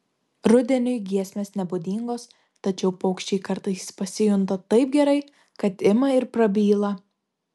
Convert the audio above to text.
rudeniui giesmės nebūdingos tačiau paukščiai kartais pasijunta taip gerai kad ima ir prabyla